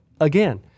again